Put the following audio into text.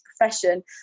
profession